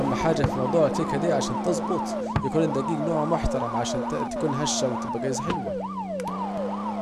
اهم حاجة في موضوع الكيكه دي عشان تظبط يكون الدجيج نوعه محترم عشان تكون هشه وتبجى حلوة